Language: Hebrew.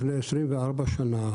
לפני כ-24 שנים,